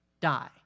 die